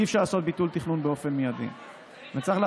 אי-אפשר לעשות ביטול תכנון באופן מיידי.